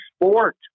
sport